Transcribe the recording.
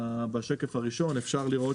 בשקף הראשון אפשר לראות